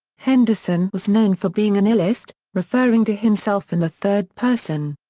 henderson was known for being an illeist, referring to himself in the third person.